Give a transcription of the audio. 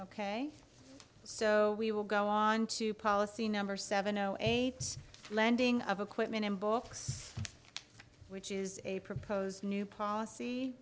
ok so we will go on to policy number seven zero eight landing of equipment and books which is a proposed new policy